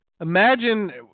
Imagine